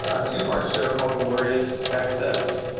a two part show called glorious excess.